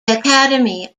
academy